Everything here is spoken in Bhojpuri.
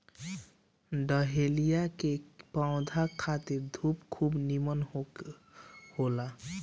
डहेलिया के पौधा खातिर धूप खूब निमन होला